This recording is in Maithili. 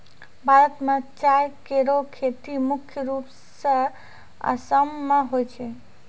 भारत म चाय केरो खेती मुख्य रूप सें आसाम मे होय छै